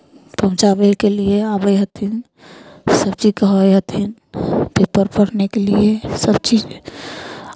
पहुँचाबयके लिए आबै हथिन सभ चीज कहै हथिन पेपर पढ़नेके लिए सभचीज